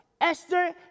Esther